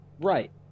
Right